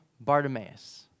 Bartimaeus